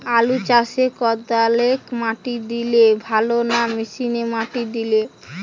আলু চাষে কদালে মাটি দিলে ভালো না মেশিনে মাটি দিলে?